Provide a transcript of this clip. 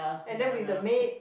and then with the maid